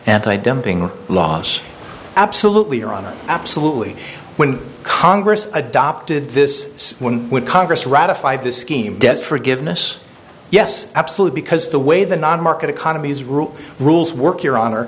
anti dumping laws absolutely ironic absolutely when congress adopted this when congress ratified this scheme debt forgiveness yes absolutely because the way the non market economies rule rules work your honor